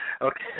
Okay